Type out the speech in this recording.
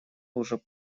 уже